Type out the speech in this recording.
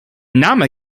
name